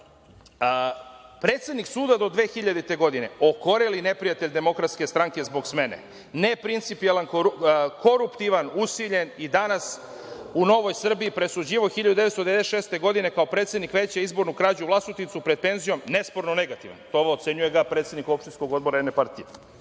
predsednik suda do 2000. godine, okoreli neprijatelj DS zbog smene, neprincipijelan, koruptivan, usiljen i danas u Novoj Srbiji presuđivao 1996. godine kao predsednik veća izbornu krađu u Vlasotincu, pred penzijom, nesporno negativan. Ocenjuje ga predsednik opštinskog odbora jedne partije. Pa,